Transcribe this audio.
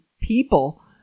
people